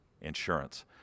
insurance